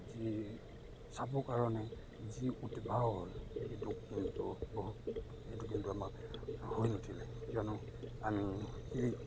যি চাবৰ কাৰণে যি উৎভাৱ হ'ল সেইটো কিন্তু বহুত সেইটো কিন্তু আমাৰ হৈ নুঠিলে কিয়নো আমি সেই